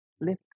lift